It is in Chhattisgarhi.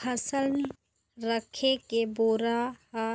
फसल राखे के बोरा ह